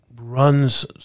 runs